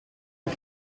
een